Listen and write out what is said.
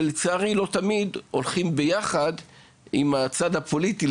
למרות שלצערי זה לא תמיד הולך ביחד עם הצד הפוליטי,